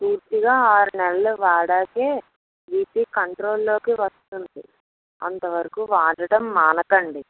పూర్తిగా ఆరు నెలలు వాడినాక బీపీ కంట్రోల్లోకి వస్తుంది అంతవరకు వాడటం మానకండి